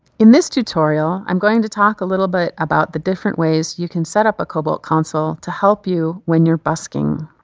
in this tutorial, i'm going to talk a little bit about the different ways you can set up a cobalt console to help you when you're busking.